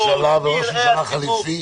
ראש הממשלה וראש הממשלה החילופי,